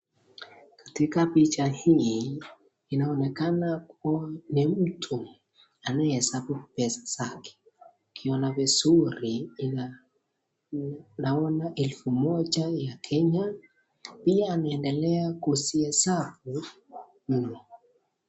Katika picha hii, inaonekana kuwa ni mtu anayehesabu pesa zake, ukiona vizuri naona elfu moja ya Kenya, pia anaendelea kuzihesabu mno.